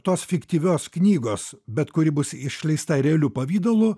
tos fiktyvios knygos bet kuri bus išleista realiu pavidalu